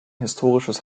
historisches